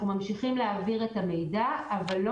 אנחנו ממשיכים להעביר את המידע אבל לא